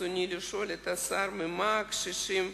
ברצוני לשאול את השר: ממה הקשישים,